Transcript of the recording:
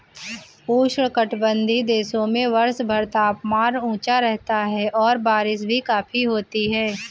उष्णकटिबंधीय देशों में वर्षभर तापमान ऊंचा रहता है और बारिश भी काफी होती है